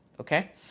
okay